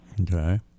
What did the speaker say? okay